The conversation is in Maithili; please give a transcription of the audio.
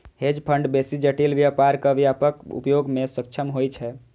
हेज फंड बेसी जटिल व्यापारक व्यापक उपयोग मे सक्षम होइ छै